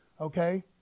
okay